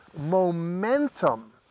momentum